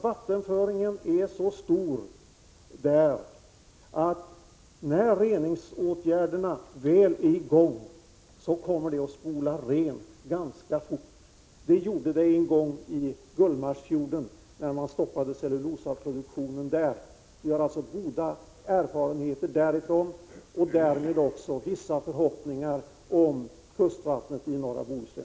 Vattenföringen är så kraftig där att reningsåtgärderna, när de väl vidtas, gör att vattnet blir rent ganska fort. Så var fallet i Gullmarsfjorden när man stoppade cellullosaproduktionen. Vi har alltså goda erfarenheter därifrån och därmed också förhoppningar om ett renare vatten vid den bohuslänska kusten.